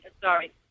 sorry